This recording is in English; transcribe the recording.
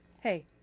Hey